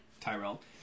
Tyrell